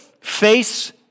face